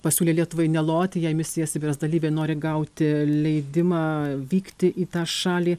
pasiūlė lietuvai neloti jei misija sibiras dalyviai nori gauti leidimą vykti į tą šalį